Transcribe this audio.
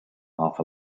half